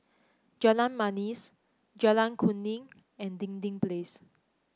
Jalan Manis Jalan Kuning and Dinding Place